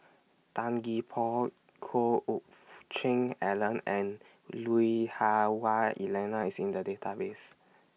Tan Gee Paw Choe Fook Cheong Alan and Lui Hah Wah Elena IS in The Database